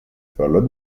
followed